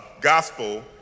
gospel